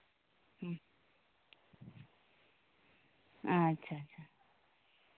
ᱟᱪᱪᱷᱟ ᱪᱷᱟ